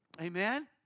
Amen